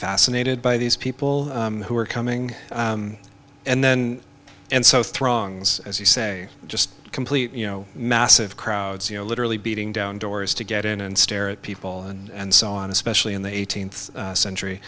fascinated by these people who were coming and then and so throngs as you say just complete you know massive crowds you know literally beating down doors to get in and stare at people and so on especially in the eighteenth